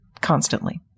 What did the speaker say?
constantly